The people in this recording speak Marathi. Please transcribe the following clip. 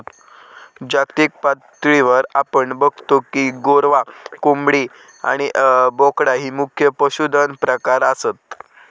जागतिक पातळीवर आपण बगतो की गोरवां, कोंबडी आणि बोकडा ही मुख्य पशुधन प्रकार आसत